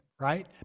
right